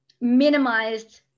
minimized